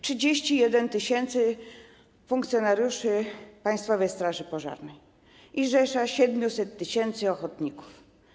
31 tys. funkcjonariuszy Państwowej Straży Pożarnej i rzesza - 700 tys. - ochotników.